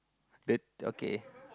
the okay